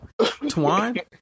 Twan